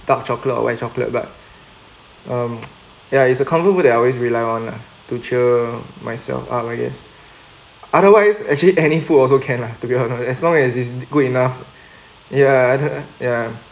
dark chocolate or white chocolate but um ya it's a comfort food that I always rely on lah to cheer myself up I guess otherwise actually any food also can lah to be honest as long as it's good enough ya ya